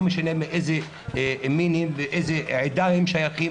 לא משנה מאיזה מין הם ולאיזו עדה הם שייכים,